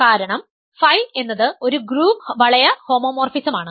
കാരണം Φ എന്നത് ഒരു ഗ്രൂപ്പ് വളയ ഹോമോമോർഫിസമാണ്